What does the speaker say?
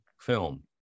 film